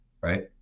right